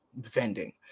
vending